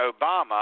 Obama